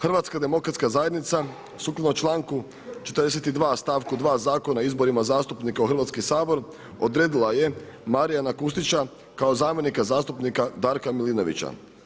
Hrvatska demokratska zajednica sukladno članku 42. stavku 2. Zakona o izborima zastupnika u Hrvatski sabor odredila je Marijana Kustića kao zamjenika zastupnika Darka Milinovića.